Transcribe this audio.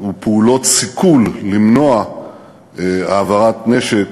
ופעולות סיכול למנוע העברת נשק